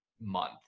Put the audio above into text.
month